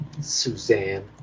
Suzanne